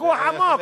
ויכוח עמוק,